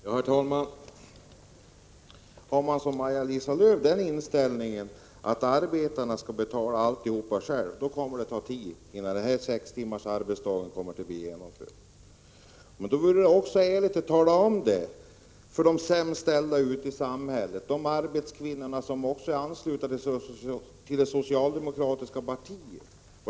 Herr talman! Har man som Maj-Lis Lööw den inställningen att arbetarna själva skall betala allt, då kommer det att ta tid innan vi har lyckats genomföra sex timmars arbetsdag. Man borde vara ärlig och tala om det för de sämst ställda i samhället och för de arbetande kvinnor som är anslutna till det socialdemokratiska partiet.